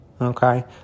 Okay